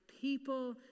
people